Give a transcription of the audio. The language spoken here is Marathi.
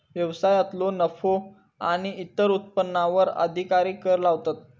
व्यवसायांतलो नफो आणि इतर उत्पन्नावर अधिकारी कर लावतात